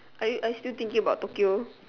I I still thinking about Tokyo